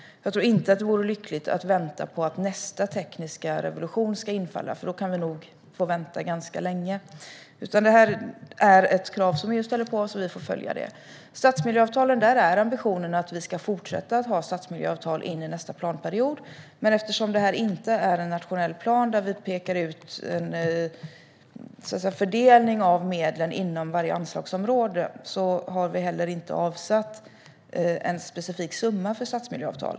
Jag tror inte att det vore lyckat att vänta på att nästa tekniska revolution ska inträffa, för då kan vi nog få vänta ganska länge. Det här är ett krav som EU ställer på oss, och vi får följa det. Ambitionen är att vi ska fortsätta att ha stadsmiljöavtal in i nästa planperiod. Men eftersom det här inte är en nationell plan där vi pekar ut en fördelning av medlen inom varje anslagsområde har vi heller inte avsatt en specifik summa för stadsmiljöavtal.